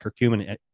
curcumin